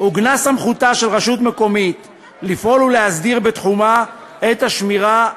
עוגנה סמכותה של רשות מקומית לפעול ולהסדיר בתחומה את השמירה,